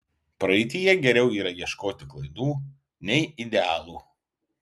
praeityje geriau yra ieškoti klaidų nei idealų